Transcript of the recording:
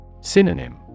Synonym